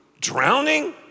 Drowning